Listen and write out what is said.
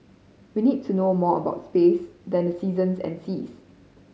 we need to know more about space than the seasons and seas